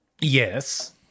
yes